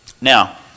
Now